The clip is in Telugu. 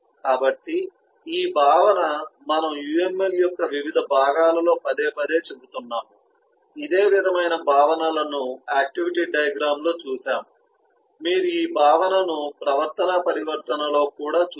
కాబట్టి ఈ భావన మనము UML యొక్క వివిధ భాగాలలో పదేపదే చెబుతున్నాము ఇదే విధమైన భావనలను ఆక్టివిటీ డయాగ్రమ్ లో చూశాము మీరు ఈ భావనను ప్రవర్తనా పరివర్తనలో కూడా చూశారు